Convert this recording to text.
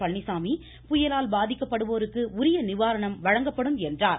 பழனிசாமி புயலால் பாதிக்கப்படுவோருக்கு உரிய நிவாரணம் வழங்கப்படும் என்று கூறினார்